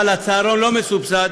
אבל הצהרון לא מסובסד,